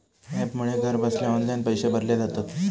ॲपमुळे घरबसल्या ऑनलाईन पैशे भरले जातत